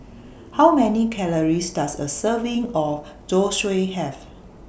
How Many Calories Does A Serving of Zosui Have